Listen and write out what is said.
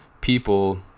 people